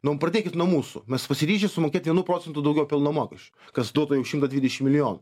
nu pradėkit nuo mūsų mes pasiryžę sumokėt vienu procentu daugiau pelno mokesčio kas duotų jau šimtą dvidešim milijonų